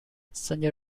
sanjay